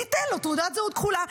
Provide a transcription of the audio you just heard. ניתן לו תעודת זהות כחולה.